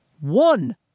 one